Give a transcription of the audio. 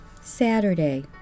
Saturday